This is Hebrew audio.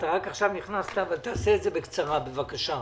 בקצרה, בבקשה,